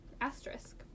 asterisk